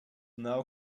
now